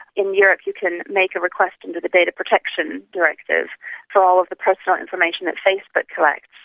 in europe you can make a request under the data protection directive for all of the personal information that facebook collects.